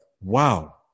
wow